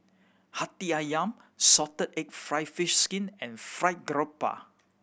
Hati Ayam salted egg fried fish skin and Fried Garoupa